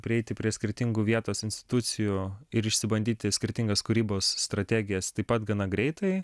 prieiti prie skirtingų vietos institucijų išsibandyti skirtingas kūrybos strategijas taip pat gana greitai